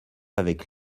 avec